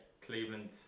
Cleveland